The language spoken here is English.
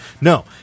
No